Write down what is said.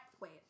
wait